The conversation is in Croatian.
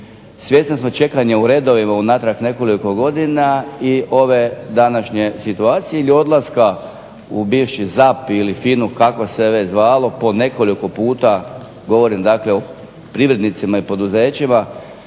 Svjesni smo čekanja u redovima unatrag nekoliko godina i ove današnje situacije ili odlaska u bivši ZAP ili FINA-u kako se već zvalo po nekoliko puta, govorim dakle o privrednicima i poduzećima,